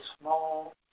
small